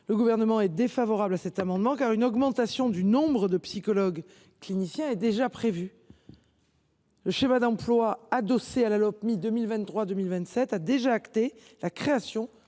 le Gouvernement émet un avis défavorable sur cet amendement, car une augmentation du nombre de psychologues cliniciens est déjà prévue. Le schéma d’emploi adossé à la Lopmi 2023 2027 a déjà acté la création